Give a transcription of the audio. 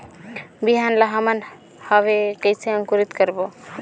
बिहान ला हमन हवे कइसे अंकुरित करबो?